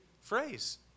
phrase